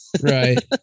Right